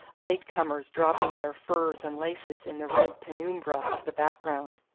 late comers dropping their furs and laces in the red penumbra of the background.